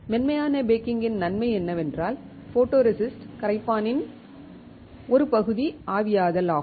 மென்மையான பேக்கிங்கின் நன்மை என்னவென்றால் ஃபோட்டோரெசிஸ்ட் கரைப்பானின் ஒரு பகுதி ஆவியாதல் ஆகும்